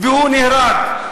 והוא נהרג.